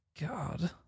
God